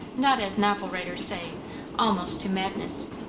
not as novel-writers say almost to madness,